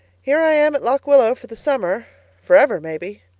here i am at lock willow for the summer for ever maybe.